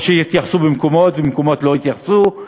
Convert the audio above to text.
או שהתייחסו במקומות מסוימים ובמקומות אחרים לא התייחסו.